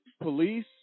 police